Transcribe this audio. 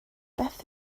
beth